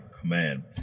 command